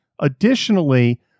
Additionally